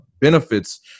benefits